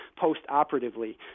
post-operatively